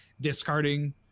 discarding